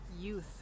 youth